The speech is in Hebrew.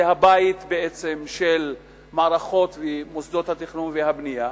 זה הבית בעצם של מערכות ומוסדות התכנון והבנייה,